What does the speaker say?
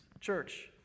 Church